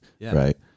right